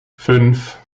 fünf